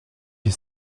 des